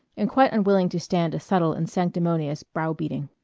and quite unwilling to stand a subtle and sanctimonious browbeating.